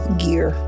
gear